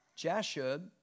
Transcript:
Jashub